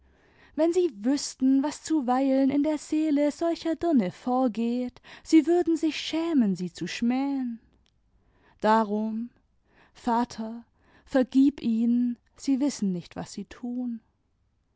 wenn sie wüßten was zuweilen in der seele solcher dirne vorgeht sie würden sich schämen sie zu schmähen darum vater vergib ihnen sie wissen nicht was sie tun